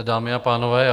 Dámy a pánové.